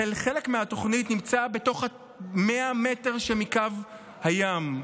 חלק מהתוכנית נמצא בתוך 100 מטרים מקו הים,